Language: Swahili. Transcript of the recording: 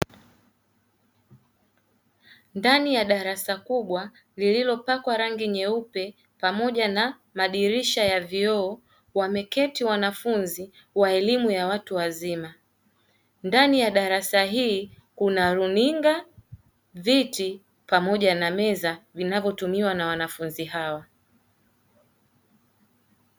Ndani ya darasa kubwa lililopakwa rangi nyeupe pamoja na madirisha ya vioo, wameketi wanafunzi wa elimu ya watu wazima. Ndani ya darasa hili kuna: runinga, viti, pamoja na meza vinavotumiwa na wanafunzi hao.